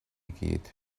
gyd